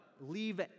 Leave